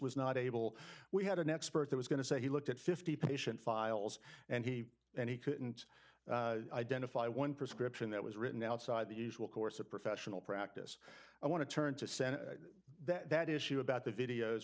was not able we had an expert that was going to say he looked at fifty patient files and he and he couldn't identify one prescription that was written outside the usual course of professional practice i want to turn to send that issue about the videos